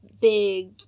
big